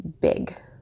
big